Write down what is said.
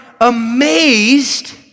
amazed